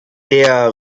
der